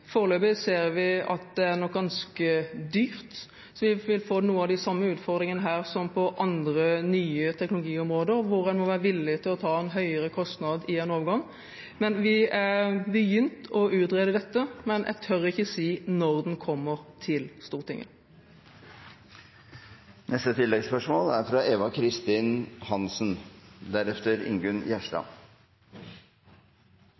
Foreløpig ser vi at det nok er ganske dyrt, så vi vil få noen av de samme utfordringene her som på andre, nye teknologiområder, hvor en må være villig til å ta en høyere kostnad i en overgangsfase. Vi har begynt å utrede dette, men jeg tør ikke si når det kommer til Stortinget. Eva Kristin Hansen – til oppfølgingsspørsmål. Som spørsmålsstilleren sa, er